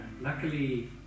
Luckily